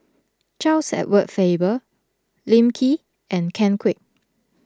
Charles Edward Faber Lim Kee and Ken Kwek